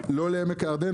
לא לעמק הירדן,